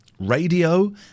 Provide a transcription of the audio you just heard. radio